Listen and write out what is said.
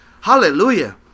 Hallelujah